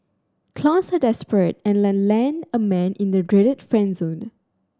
clowns are desperate and land a man in the dreaded friend zone